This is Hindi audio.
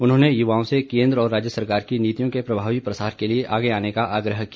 उन्होंने युवाओं से केन्द्र और राज्य सरकार की नीतियों के प्रभावी प्रसार के लिए आगे आने का आग्रह किया